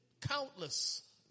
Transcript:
countless